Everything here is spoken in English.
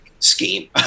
Scheme